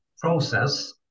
process